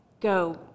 go